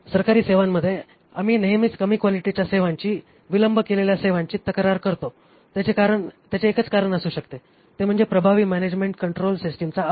सरकारी सेवांमध्ये आम्ही नेहमीच कमी क्वालिटीच्या सेवांची विलंब केलेल्या सेवांची तक्रार करतो त्याचे एकच कारण असू शकते ते म्हणजे प्रभावी मॅनॅजमेण्ट कंट्रोल सिस्टिमचा अभाव